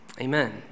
Amen